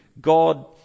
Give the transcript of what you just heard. god